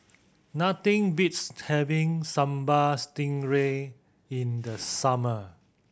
nothing beats having Sambal Stingray in the summer